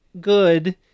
good